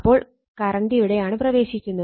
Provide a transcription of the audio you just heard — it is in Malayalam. അപ്പോൾ കറണ്ട് ഇവിടെയാണ് പ്രവേശിക്കുന്നത്